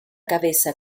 cabeza